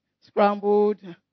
scrambled